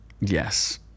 Yes